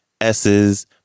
S's